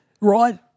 Right